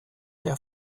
der